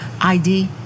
ID